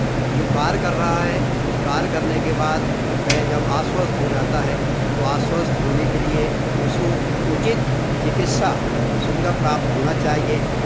जो कार्य कर रहा है कार्य करने के बाद वह जब अस्वस्थ हो जाता है तो अस्वस्थ होने के लिए उसको उचित चिकित्सा सुविधा प्राप्त होना चाहिए